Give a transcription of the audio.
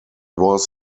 was